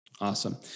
Awesome